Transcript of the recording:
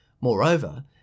Moreover